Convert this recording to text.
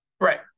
right